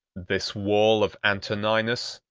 this wall of antoninus,